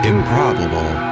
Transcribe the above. Improbable